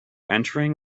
entering